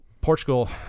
Portugal